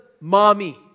mommy